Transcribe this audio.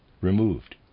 removed